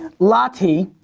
lati,